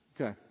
Okay